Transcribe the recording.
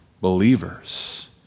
believers